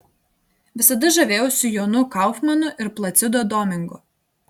visada žavėjausi jonu kaufmanu ir placido domingu